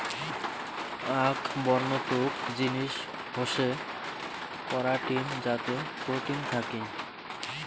আক বন্য তুক জিনিস হসে করাটিন যাতে প্রোটিন থাকি